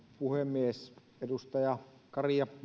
puhemies edustajat kari ja